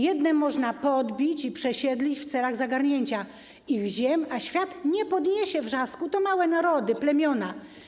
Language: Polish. Jedne można podbić i przesiedlić w celu zagarnięcia ich ziem, a świat nie podniesie wrzasku - to małe narody, plemiona.